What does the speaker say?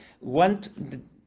want